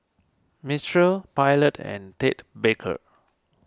Mistral Pilot and Ted Baker